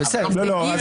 לא, בסדר.